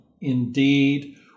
Indeed